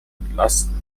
entlasten